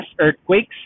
earthquakes